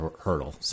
hurdle